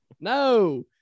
No